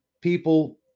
People